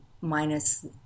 minus